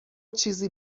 چیزی